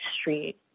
street